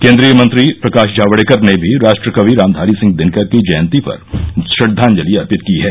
केंद्रीय मंत्री प्रकाश जावड़ेकर ने भी राष्ट्रकवि रामधारी सिंह दिनकर की जयंती पर श्रद्दांजलि अर्पित की है